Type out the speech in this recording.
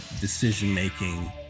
decision-making